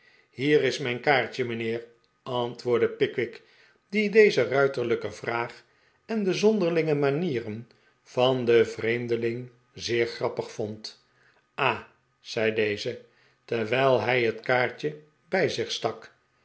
hier is mijn kaartje mijnheer antwoordde pickwick die deze ruiterlijke vraag en de zonderlinge manieren van den vreemdeling zeer grappig vond ah zei deze terwijl hij het kaartje bij zich stak